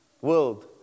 World